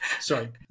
Sorry